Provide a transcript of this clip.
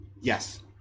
Yes